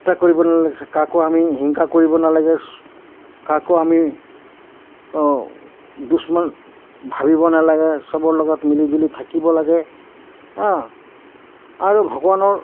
ঠাট্টা কৰিব কাকো আমি হিংসা কৰিব নালাগে কাকো আমি দুচমন ভাবিব নালাগে চবৰ লগত মিলিজুলি থাকিব লাগে আৰু ভগৱানৰ